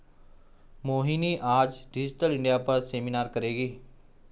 मोहिनी आज digital India पर seminar करेगी